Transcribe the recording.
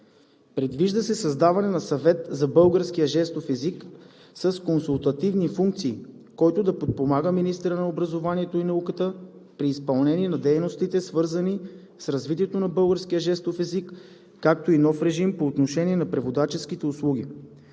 Предвижда се създаване на Съвет за българския жестов език с консултативни функции, който да подпомага министъра на образованието и науката при изпълнение на дейностите, свързани с развитието на българския жестов език, както и нов режим по отношение на преводаческите услуги.